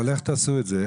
אבל איך תעשו את זה?